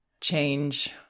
change